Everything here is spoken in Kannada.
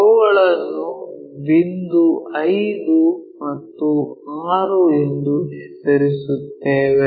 ಅವುಗಳನ್ನು ಬಿಂದು 5 ಮತ್ತು 6 ಎಂದು ಹೆಸರಿಸುತ್ತೇವೆ